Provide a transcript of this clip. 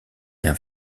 rien